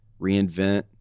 reinvent